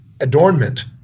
adornment